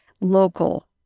local